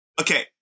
okay